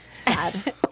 Sad